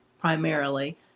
primarily